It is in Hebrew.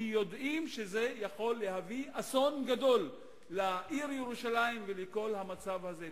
כי יודעים שזה יכול להביא אסון גדול לעיר ירושלים ולכל המצב הזה.